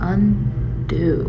Undo